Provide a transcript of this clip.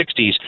60s